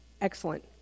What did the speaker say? excellent